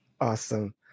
Awesome